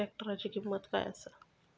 ट्रॅक्टराची किंमत काय आसा?